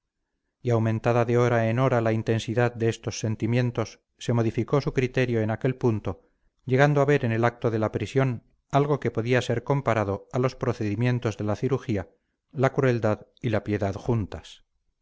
y aumentada de hora en hora la intensidad de estos sentimientos se modificó su criterio en aquel punto llegando a ver en el acto de la prisión algo que podía ser comparado a los procedimientos de la cirugía la crueldad y la piedad juntas